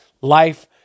life